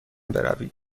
بروید